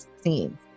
scenes